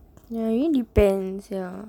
ya it really depends ya